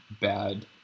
bad